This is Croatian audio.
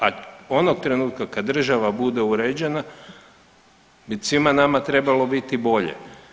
A onog trenutka kad država bude uređena bi svima nama trebalo biti bolje.